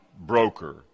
broker